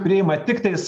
priima tiktais